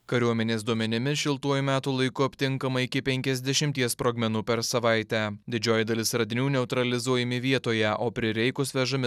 kariuomenės duomenimis šiltuoju metų laiku aptinkama iki penkiasdešimties sprogmenų per savaitę didžioji dalis radinių neutralizuojami vietoje o prireikus vežami